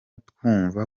twumva